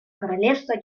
королевства